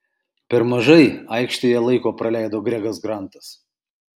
per mažai aikštėje laiko praleido gregas grantas